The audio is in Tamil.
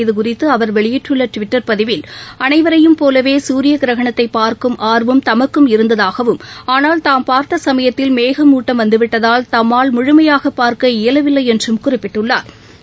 இது குறித்துஅவர் வெளியிட்டுள்ளடுவிட்டர் பதிவில் அனைவரையும் போலவேசூரியகிரகணத்தைபார்க்கும் ஆர்வம் தமக்கும் இருந்ததாகவும் ஆனால் தாம் பார்த்தசமயத்தில் மேகமூட்டம் வந்துவிட்டதால் தாம்மால் முழுமையாகபாா்க்க இயலவில்லைஎன்றும் குறிப்பிட்டுள்ளாா்